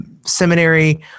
seminary